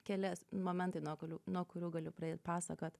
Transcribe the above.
kelias momentai nuo kolių nuo kurių galiu pradėt pasakot